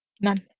None